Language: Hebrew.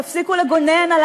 תפסיקו לגונן על,